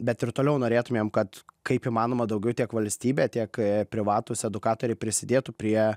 bet ir toliau norėtumėm kad kaip įmanoma daugiau tiek valstybė tiek privatūs edukatoriai prisidėtų prie